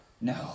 No